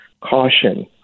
caution